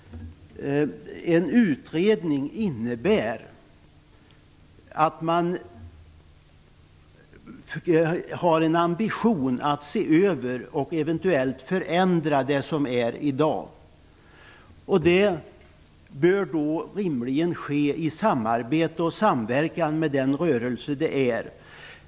En utredning innebär att man har en ambition att se över och eventuellt förändra det som gäller för dagen. Detta bör då rimligen ske i samarbete och samverkan med den rörelse som det är fråga om.